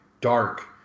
dark